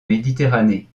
méditerranée